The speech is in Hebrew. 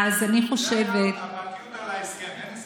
אין הסכם.